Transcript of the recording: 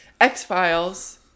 X-Files